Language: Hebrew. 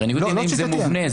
הרי ניגוד עניינים זה מובנה,